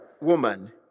woman